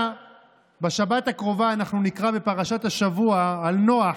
בשבת הקרובה אנחנו נקרא בפרשת השבוע על נח,